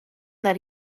that